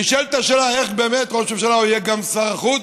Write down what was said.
נשאלת השאלה איך באמת ראש ממשלה יהיה גם שר החוץ,